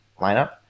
lineup